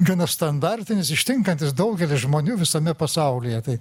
gana standartinis ištinkantis daugelį žmonių visame pasaulyje tai